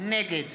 נגד